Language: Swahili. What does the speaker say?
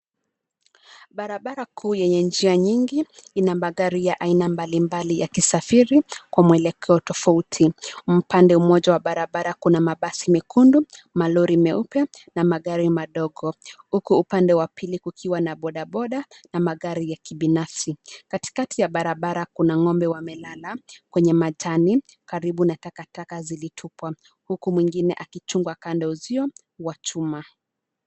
Barabara kuu yenye njia nyingi ina magari ya aina mbalimbali yakisafiri kwa mwelekeo tofauti. Upande mmoja wa barabara kuna mabasi mekundu, malori meupe na magari madogo, huku upande wa pili kukiwa na bodaboda na magari ya kibinafsi. Katikati ya barabara kuna ng'ombe wamelala kwenye matani karibu na takataka zilitupwa huku mwengine akichungwa kando ya uzio wa chuma.